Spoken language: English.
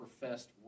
professed